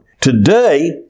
Today